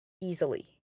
easily